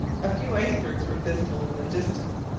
a few icebergs were visible in the distance,